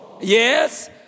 Yes